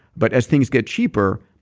but as things get cheaper,